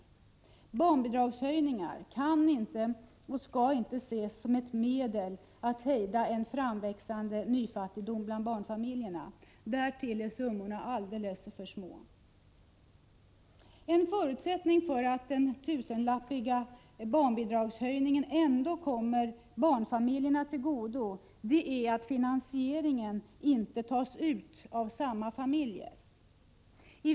En barnbidragshöjning kan inte och skall inte ses som ett medel att hejda en framväxande nyfattigdom bland barnfamiljerna — därtill är summorna alldeles för små. En förutsättning för att barnbidragshöjningen med en tusenlapp ändå kommer barnfamiljerna till godo är att finansieringen av den inte tas ut av samma familjer.